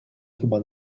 chyba